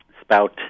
spout